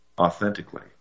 authentically